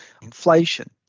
inflation